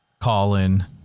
Colin